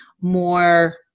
more